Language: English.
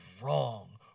wrong